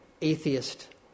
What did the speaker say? atheist